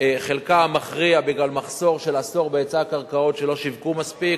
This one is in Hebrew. חלקם המכריע בגלל מחסור של עשור בהיצע הקרקעות שלא שווקו מספיק.